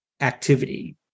activity